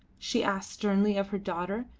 she asked sternly of her daughter,